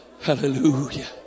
Hallelujah